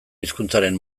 hizkuntzaren